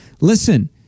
listen